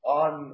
on